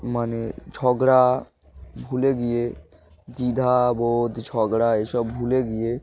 মানে ঝগড়া ভুলে গিয়ে দ্বিধাবোধ ঝগড়া এসব ভুলে গিয়ে